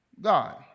God